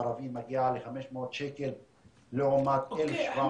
הערבי מגיע ל-500 שקל לעומת 1,700 שקל ליהודי.